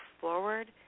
forward